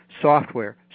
software